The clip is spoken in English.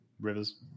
Rivers